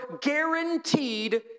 guaranteed